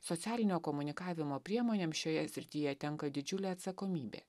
socialinio komunikavimo priemonėm šioje srityje tenka didžiulė atsakomybė